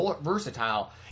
versatile